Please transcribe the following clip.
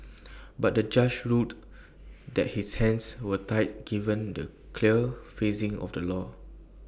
but the judge ruled that his hands were tied given the clear phrasing of the law